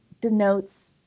denotes